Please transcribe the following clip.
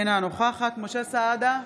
אינה נוכחת משה סעדה,